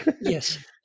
yes